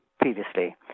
previously